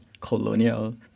colonial